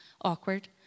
awkward